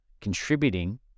contributing